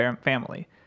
family